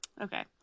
okay